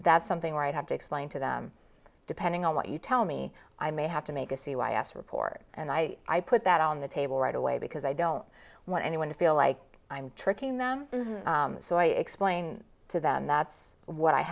that's something right have to explain to them depending on what you tell me i may have to make a c y s report and i i put that on the table right away because i don't want anyone to feel like i'm tricking them so i explain to them that's what i